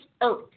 earth